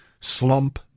slump